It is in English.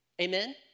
Amen